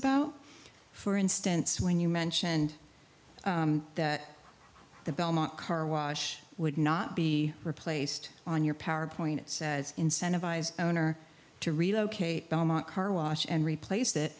about for instance when you mentioned that the belmont car wash would not be replaced on your power point it says incentivize owner to relocate belmont car wash and replace it